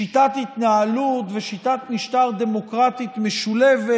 שיטת התנהלות ושיטת משטר דמוקרטית משולבת,